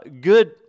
good